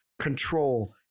control